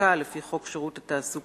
תעסוקה לפי חוק שירות התעסוקה,